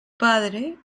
padre